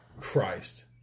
Christ